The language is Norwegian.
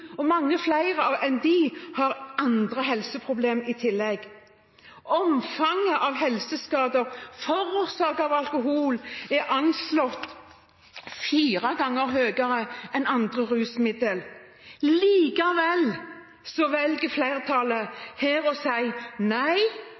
og mange flere enn det har andre helseproblemer i tillegg. Omfanget av helseskader forårsaket av alkohol er anslått å være fire ganger høyere enn for andre rusmidler. Likevel velger flertallet